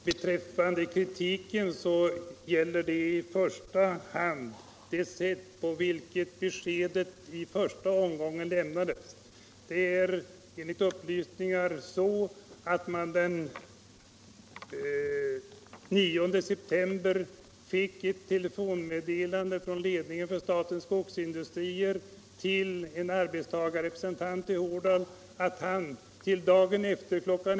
Herr talman! Min kritik gäller i första hand det sätt på vilket beskedet lämnades i första omgången. Enligt uppgift gick den 9 september ett telefonmeddelande från Statens skogsindustrier till en arbetstagarrepresentant i Horndal om att han till dagen därpå kl.